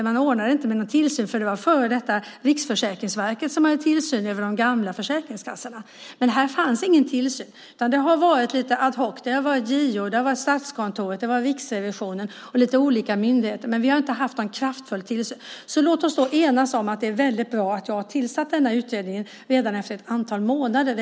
Man ordnade inte med någon tillsyn. Det var före detta Riksförsäkringsverket som hade tillsyn över de gamla försäkringskassorna. Här fanns ingen tillsyn. Det har varit lite ad hoc. Det har varit JO, Statskontoret, Riksrevisionen och lite olika myndigheter, men det har inte varit någon kraftfull tillsyn. Låt oss då enas om att det är bra att jag har tillsatt denna utredning redan efter ett antal månader.